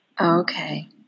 Okay